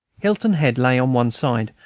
hilton head lay on one side,